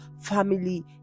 family